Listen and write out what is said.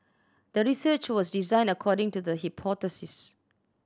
the research was designed according to the hypothesis